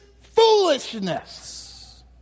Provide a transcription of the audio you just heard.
foolishness